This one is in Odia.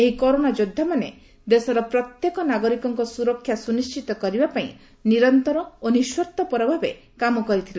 ଏହି କରୋନା ଯୋଦ୍ଧାମାନେ ଦେଶର ପ୍ରତ୍ୟେକ ନାଗରିକଙ୍କ ସୁରକ୍ଷା ସୁନିଶ୍ଚିତ କରିବାପାଇଁ ନିରନ୍ତର ଓ ନିଃସ୍ୱାର୍ଥପର ଭାବେ କାମ କରିଥିଲେ